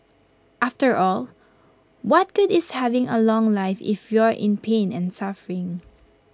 after all what good is having A long life if you're in pain and suffering